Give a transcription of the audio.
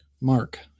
Mark